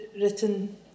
written